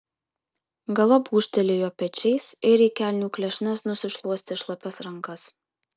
galop gūžtelėjo pečiais ir į kelnių klešnes nusišluostė šlapias rankas